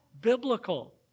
biblical